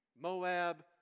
Moab